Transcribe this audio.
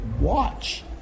watch